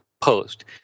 post